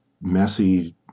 messy